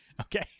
Okay